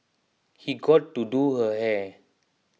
he got to do her hair